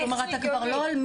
איך זה הגיוני?